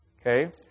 okay